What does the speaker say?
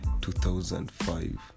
2005